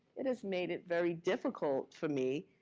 it has made it very difficult for me.